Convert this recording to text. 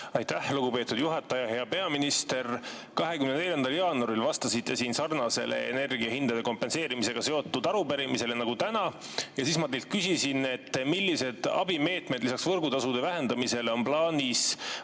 Aitäh, lugupeetud juhataja! Hea peaminister! 24. jaanuaril vastasite siin sarnasele energiahindade kompenseerimisega seotud arupärimisele nagu täna. Siis ma küsisin teilt, milliseid abimeetmeid lisaks võrgutasude vähendamisele on